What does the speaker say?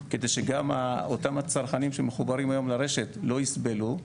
כדי שגם אותם הצרכנים שמחוברים היום לרשת לא יסבלו,